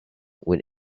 with